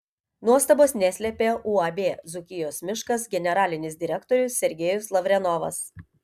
nuostabos neslėpė uab dzūkijos miškas generalinis direktorius sergejus lavrenovas